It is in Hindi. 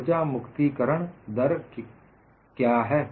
ऊर्जा मुक्तिकरण कर क्या है